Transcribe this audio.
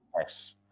Yes